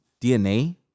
DNA